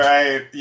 Right